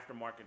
aftermarket